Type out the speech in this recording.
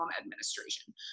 administration